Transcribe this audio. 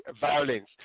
violence